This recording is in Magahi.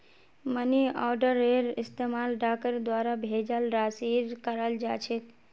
मनी आर्डरेर इस्तमाल डाकर द्वारा भेजाल राशिर कराल जा छेक